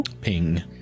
Ping